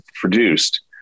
produced